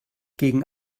gegen